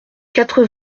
quatre